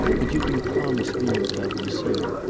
but you can promise me without deceit.